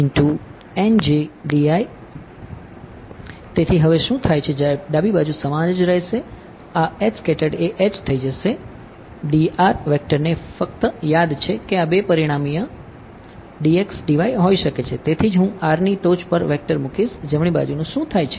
તેથી હવે શું થાય છે ડાબી બાજુ સમાન જ રહેશે આ એ H થઈ જશે વેક્ટરને ફક્ત યાદ છે કે આ બે પરિમાણીય છે dx dy હોઈ શકે છે તેથી જ હું r ની ટોચ પર વેક્ટર મૂકીશ જમણી બાજુનું શું થાય છે